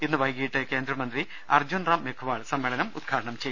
ഇന്ന് വൈകീട്ട് കേന്ദ്രമന്ത്രി അർജുൻ റാം മെഖ്വാൾ സമ്മേളനം ഉദ്ഘാടനം ചെയ്യും